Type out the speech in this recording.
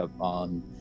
on